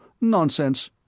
Nonsense